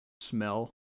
smell